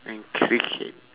and cricket